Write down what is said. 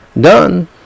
done